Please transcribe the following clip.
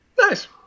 Nice